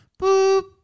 Boop